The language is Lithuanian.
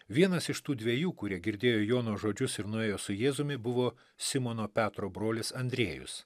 vienas iš tų dviejų kurie girdėjo jono žodžius ir nuėjo su jėzumi buvo simono petro brolis andriejus